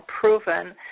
proven